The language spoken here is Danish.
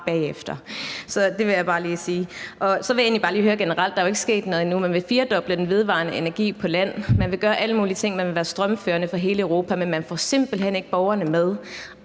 bagefter. Det vil jeg bare lige sige. Så vil jeg egentlig bare høre om noget generelt; der er jo ikke sket noget endnu. Man vil firedoble den vedvarende energi på land. Man vil gøre alle mulige ting, og man vil være strømførende for hele Europa, men man får simpelt hen ikke borgerne med.